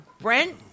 Brent